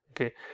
okay